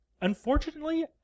Unfortunately